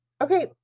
Okay